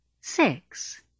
Six